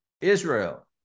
Israel